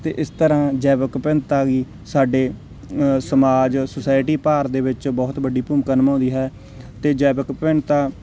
ਅਤੇ ਇਸ ਤਰ੍ਹਾਂ ਜੈਵਿਕ ਵਿਭਿੰਨਤਾ ਆ ਗਈ ਸਾਡੇ ਅ ਸਮਾਜ ਸੁਸਾਇਟੀ ਭਾਰਤ ਦੇ ਵਿੱਚ ਬਹੁਤ ਵੱਡੀ ਭੂਮਿਕਾ ਨਿਭਾਉਂਦੀ ਹੈ ਅਤੇ ਜੈਵਿਕ ਵਿਭਿੰਨਤਾ